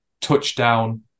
touchdown